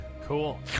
Cool